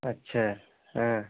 अच्छा हाँ